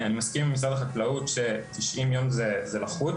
אני מסכים עם משרד החקלאות ש-90 יום זה לחוץ,